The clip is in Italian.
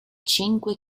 cinque